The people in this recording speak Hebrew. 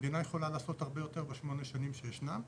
המדינה יכולה לעשות הרבה יותר בשמונה השנים שישנם,